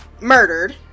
murdered